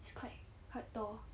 it's quite quite tall